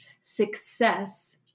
success